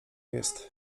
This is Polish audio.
jest